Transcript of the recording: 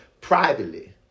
privately